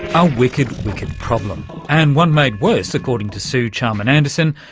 a wicked, wicked problem and one made worse, according to suw charman-anderson,